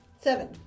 seven